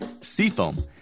Seafoam